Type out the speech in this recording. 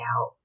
out